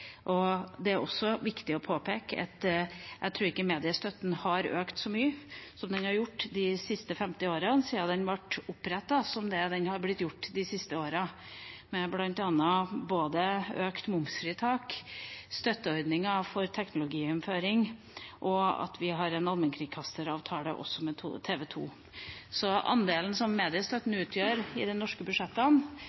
Det er også viktig å påpeke at jeg ikke tror mediestøtten har økt så mye de siste 50 årene, siden den ble opprettet, som den har gjort de siste årene, med bl.a. økt momsfritak, støtteordninger for teknologiinnføring, og at vi har en allmennkringkasteravtale også med TV 2. Den andelen mediestøtten utgjør i de norske budsjettene, har vel ikke fått et så stort løft som